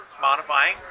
Modifying